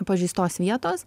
pažeistos vietos